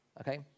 okay